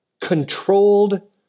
Controlled